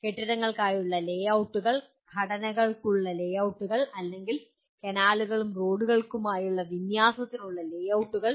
കെട്ടിടങ്ങൾക്കായുള്ള ലേഔട്ടുകൾ ഘടനകൾക്കുള്ള ലേഔട്ടുകൾ അല്ലെങ്കിൽ കനാലുകൾക്കും റോഡുകൾക്കുമായുള്ള വിന്യാസത്തിനുള്ള ലേഔട്ടുകൾ